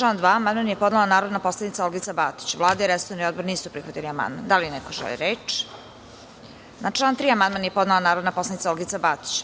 član 2. amandman je podnela narodna poslanica Olgica Batić. Vlada i resorni odbor nisu prihvatili amandman. Da li neko želi reč? (Ne.)Na član 3. amandman je podnela narodna poslanica Olgica Batić.